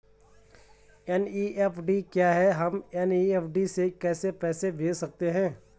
NEFT क्या है हम एन.ई.एफ.टी से कैसे पैसे भेज सकते हैं?